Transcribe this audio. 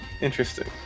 Interesting